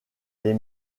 les